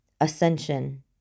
Ascension